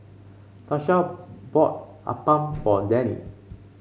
Sasha bought appam for Danny